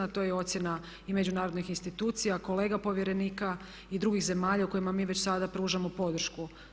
To je ocjena i međunarodnih institucija, kolega povjerenika i drugih zemalja u kojima mi već sada pružamo podršku.